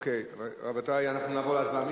אז נעבור להצבעה.